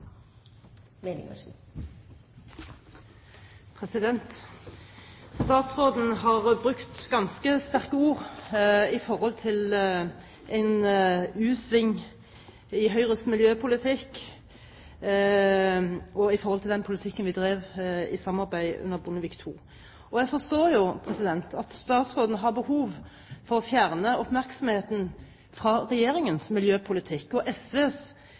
Statsråden har brukt ganske sterke ord om en u-sving i Høyres miljøpolitikk og om den politikken vi drev i samarbeid under Bondevik II-regjeringen. Jeg forstår at statsråden har behov for å fjerne oppmerksomheten fra regjeringens miljøpolitikk og SVs